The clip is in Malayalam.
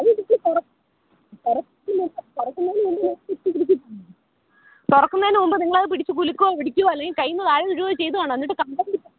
ഇതിടിച്ചു തൊറ തുറക്ക് തുറക്കുന്നതിനു മുൻപു തന്നെ പിടിച്ചു തുറക്കുന്നതിനു മുൻപ് നിങ്ങളത് പിടിച്ചു കുലുക്കുകയോ ഇടിക്കുകയോ അല്ലെങ്കിൽ കയ്യിൽ നിന്ന് താഴെ വീഴുകയോ ചെയ്തു കാണും എന്നിട്ട് കമ്പനി